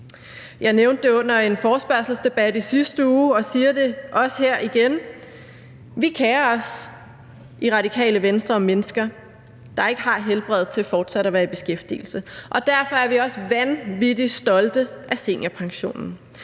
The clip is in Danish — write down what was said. Jeg nævnte det under en forespørgselsdebat i sidste uge og siger det også her igen: Vi kerer os i Radikale Venstre om mennesker, der ikke har helbredet til fortsat at være i beskæftigelse. Og derfor er vi også vanvittig stolte af seniorpensionen,